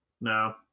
No